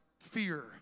fear